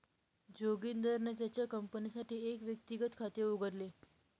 जोगिंदरने त्याच्या कंपनीसाठी एक व्यक्तिगत खात उघडले